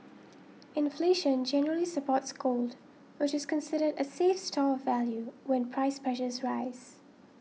inflation generally supports gold which is considered a safe store of value when price pressures rise